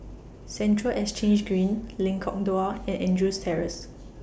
Central Exchange Green Lengkok Dua and Andrews Terrace